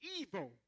evil